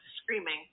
screaming